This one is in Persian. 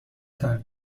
ترک